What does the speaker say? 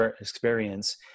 experience